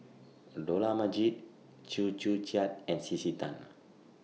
Dollah Majid Chew Joo Chiat and C C Tan